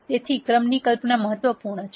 તેથી ક્રમની કલ્પના મહત્વપૂર્ણ છે